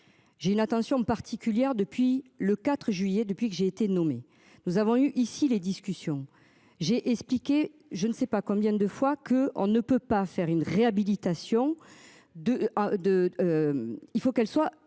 J'ai une attention particulière depuis le 4 juillet. Depuis que j'ai été nommé. Nous avons eu ici les discussions. J'ai expliqué, je ne sais pas combien de fois que on ne peut pas faire une réhabilitation de de. Il faut qu'elle soit